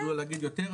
ידעו להגיד יותר,